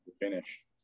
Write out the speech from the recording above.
finish